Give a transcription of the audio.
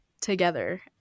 together